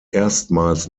erstmals